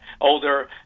older